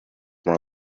more